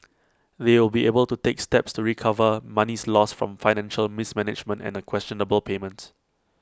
they'll be able to take steps to recover monies lost from financial mismanagement and A questionable payment